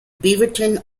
beaverton